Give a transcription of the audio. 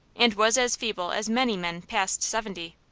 and was as feeble as many men past seventy.